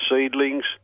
seedlings